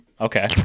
okay